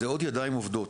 זה עוד ידיים עובדות.